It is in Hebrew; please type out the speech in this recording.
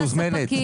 את מוזמנת.